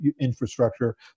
infrastructure